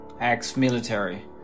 ex-military